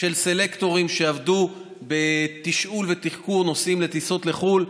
של כ-350 סלקטורים שעבדו בתשאול ותחקור נוסעים בטיסות לחו"ל,